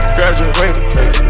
Graduated